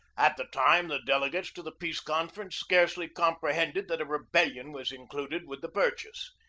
at the time the delegates to the peace conference scarcely com prehended that a rebellion was included with the purchase.